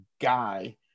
guy